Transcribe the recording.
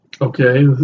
okay